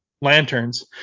lanterns